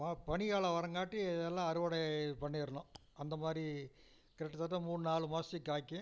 மா பனி காலம் வரங்காட்டி இதெல்லாம் அறுவடை இது பண்ணிடணும் அந்த மாதிரி கிட்டத்தட்ட மூணு நாலு மாசத்திக்கு காய்க்கும்